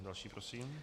Další prosím.